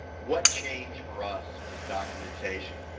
what changed for us was documentation.